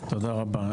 תודה רבה.